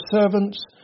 servants